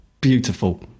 beautiful